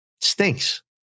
stinks